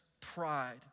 pride